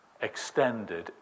extended